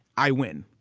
i win.